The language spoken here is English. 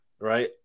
right